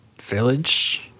village